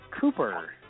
Cooper